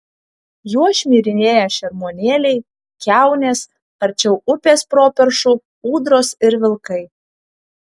juo šmirinėja šermuonėliai kiaunės arčiau upės properšų ūdros ir vilkai